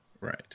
Right